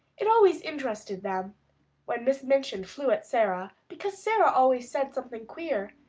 it always interested them when miss minchin flew at sara, because sara always said something queer,